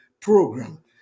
Program